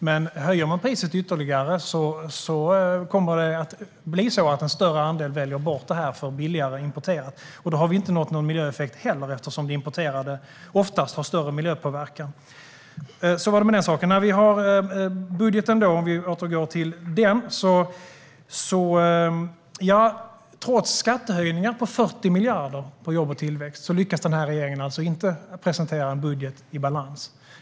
Men höjer man priset ytterligare kommer en större andel att välja bort det för billigare importerat. Då har vi heller inte nått någon miljöeffekt eftersom det importerade oftast har större miljöpåverkan. Så var det med den saken. Vi återgår till budgeten. Trots skattehöjningar på 40 miljarder på jobb och tillväxt lyckas regeringen inte att presentera en budget i balans.